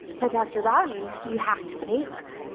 but dr. bowden, you have to save her.